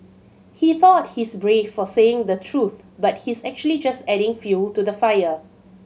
he thought he's brave for saying the truth but he's actually just adding fuel to the fire